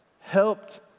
helped